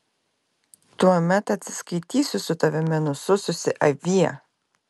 tuomet atsiskaitysiu su tavimi nusususi avie